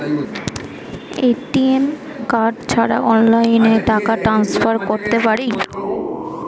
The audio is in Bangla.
এ.টি.এম কার্ড ছাড়া অনলাইনে টাকা টান্সফার করতে পারি?